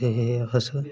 ते